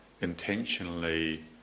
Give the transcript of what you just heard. intentionally